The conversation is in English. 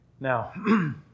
Now